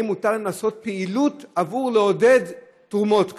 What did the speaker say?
מותר לעשות פעילות לעודד תרומות כאלה.